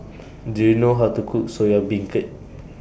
Do YOU know How to Cook Soya Beancurd